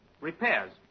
Repairs